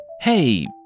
Hey